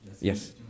Yes